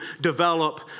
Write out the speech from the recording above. develop